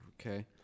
okay